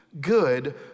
Good